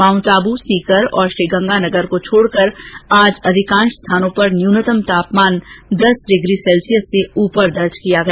माउंटआबू सीकर और श्रीगंगानगर को छोडकर आज अधिकांश स्थानों पर न्यूनतम तापमान दस डिग्री सैल्सियस से ऊपर दर्ज किया गया